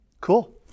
Cool